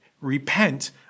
repent